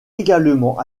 également